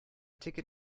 ticket